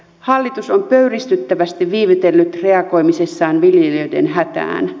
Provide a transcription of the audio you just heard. hallitus on pöyristyttävästi viivytellyt reagoimisessaan viljelijöiden hätään